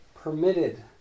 permitted